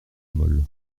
mole